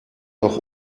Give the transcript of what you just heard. auch